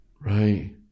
right